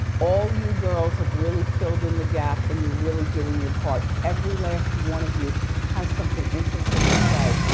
all you girls have really filled in the gap and you're really doing your part. every last one of you has something interesting to say.